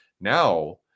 now